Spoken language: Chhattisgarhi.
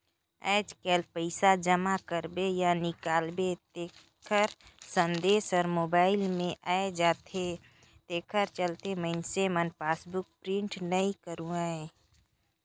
आयज कायल पइसा जमा करबे या निकालबे तेखर संदेश हर मोबइल मे आये जाथे तेखर चलते मइनसे मन पासबुक प्रिंट नइ करवायें